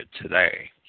today